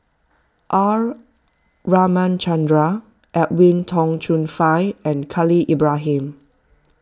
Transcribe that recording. R Ramachandran Edwin Tong Chun Fai and Khalil Ibrahim